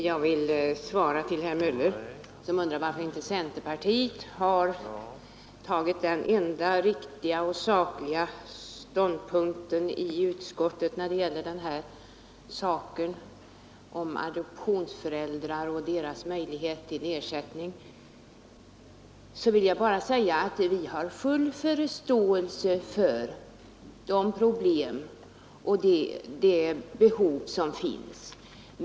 Herr talman! Herr Möller undrade varför inte centerpartiet i utskottet intagit den enligt hans uppfattning enda riktiga och sakliga ståndpunkten i frågan om ersättning till adoptivföräldrar. Jag vill bara säga att vi har full förståelse för de problem och de behov som finns.